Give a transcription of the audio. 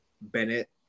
Bennett